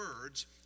words